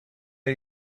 are